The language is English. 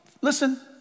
listen